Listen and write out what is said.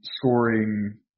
scoring